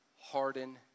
harden